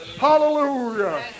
Hallelujah